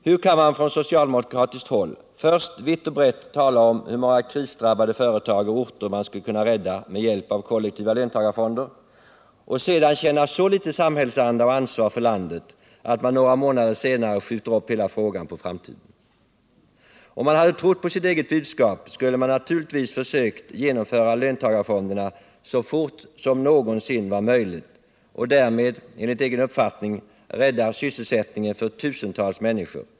Hur kan man från socialdemokratiskt håll först vitt och brett tala om hur många krisdrabbade företag och orter man skulle kunna rädda med hjälp av kollektiva löntagarfonder, och sedan känna så litet samhällsanda och ansvar för landet att man några månader senare skjuter hela frågan på framtiden? Om man hade trott på sitt eget budskap skulle man naturligtvis försökt genomföra löntagarfonderna så fort det någonsin var möjligt och därmed, enligt egen uppfattning, rädda sysselsättningen för tusentals människor.